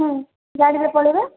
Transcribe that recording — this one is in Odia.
ଗାଡ଼ିରେ ପଳାଇବା